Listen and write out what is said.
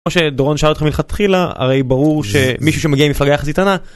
כמו שדורון שאל אותך מלכתחילה, הרי ברור שמישהו שמגיע עם מפלגה יחסית קטנה.